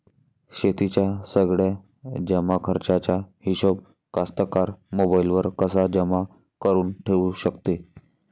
शेतीच्या सगळ्या जमाखर्चाचा हिशोब कास्तकार मोबाईलवर कसा जमा करुन ठेऊ शकते?